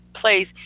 place